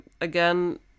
again